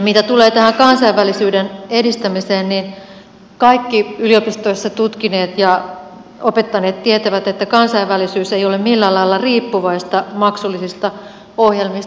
mitä tulee tähän kansainvälisyyden edistämiseen niin kaikki yliopistoissa tutkineet ja opettaneet tietävät että kansainvälisyys ei ole millään lailla riippuvaista maksullisista ohjelmista